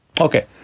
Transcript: Okay